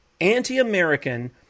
anti-American